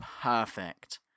perfect